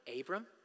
Abram